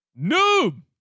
Noob